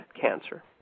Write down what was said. cancer